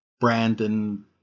Brandon